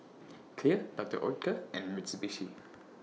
Clear Doctor Oetker and Mitsubishi